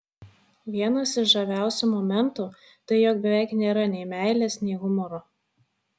vienas iš žaviausių momentų tai jog beveik nėra nei meilės nei humoro